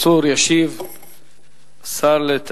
אחת